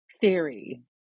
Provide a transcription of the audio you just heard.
theory